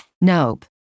Nope